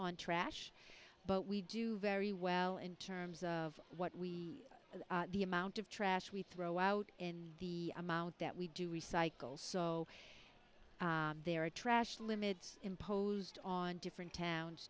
on trash but we do very well in terms of what we the amount of trash we throw out in the amount that we do recycle so there are trash limits imposed on different towns